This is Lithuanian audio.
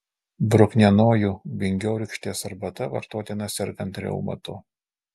bruknienojų vingiorykštės arbata vartotina sergant reumatu